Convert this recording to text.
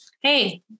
Hey